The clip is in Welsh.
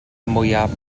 mwyaf